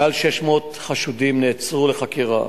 מעל 600 חשודים נעצרו לחקירה,